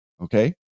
okay